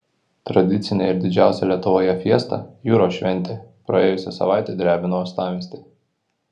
tradicinė ir didžiausia lietuvoje fiesta jūros šventė praėjusią savaitę drebino uostamiestį